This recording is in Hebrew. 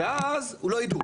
ואז לא יידעו.